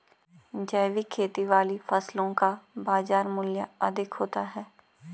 जैविक खेती वाली फसलों का बाजार मूल्य अधिक होता है